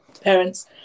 parents